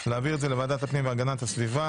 להעביר את זה לוועדת הפנים והגנת הסביבה.